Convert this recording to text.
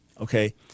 okay